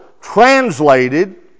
translated